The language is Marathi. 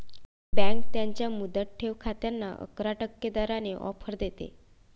बँक त्यांच्या मुदत ठेव खात्यांना अकरा टक्के दराने ऑफर देते